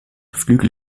flügel